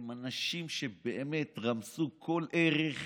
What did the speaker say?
הם אנשים שבאמת רמסו כל ערך,